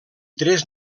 tres